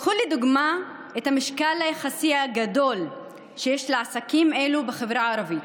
קחו לדוגמה את המשקל היחסי הגדול שיש לעסקים אלו בחברה הערבית.